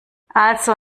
also